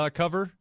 cover